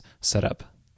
setup